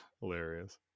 hilarious